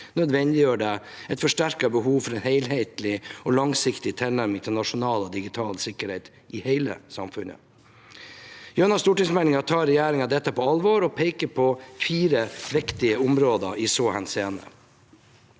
nødvendiggjør og forsterker behovet for en helhetlig og langsiktig tilnærming til nasjonal og digital sikkerhet i hele samfunnet. Gjennom stortingsmeldingen tar regjeringen dette på alvor og peker på fire viktige områder i så henseende.